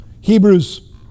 Hebrews